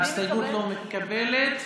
ההסתייגות לא מתקבלת.